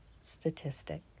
statistic